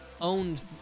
owned